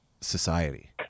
society